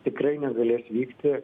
tikrai negalės vykti